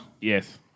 Yes